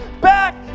back